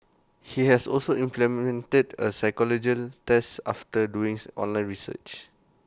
he has also implemented A test after doings online research